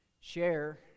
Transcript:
Share